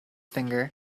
finger